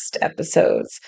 episodes